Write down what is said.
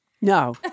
No